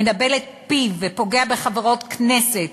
מנבל את פיו ופוגע בחברות כנסת,